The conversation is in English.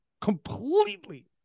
completely